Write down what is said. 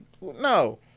No